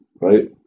right